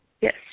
Yes